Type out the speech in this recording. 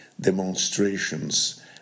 demonstrations